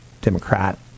Democrat